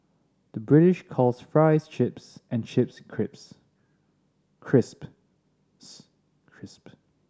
the British calls fries chips and chips crisps